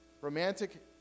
Romantic